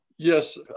Yes